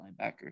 linebacker